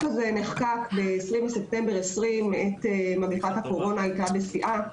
הזה נחקק ב-20 בספטמבר 2020 כשמגפת הקורונה הייתה בשיאה,